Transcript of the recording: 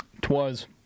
Twas